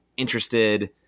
interested